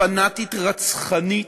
פנאטית, רצחנית,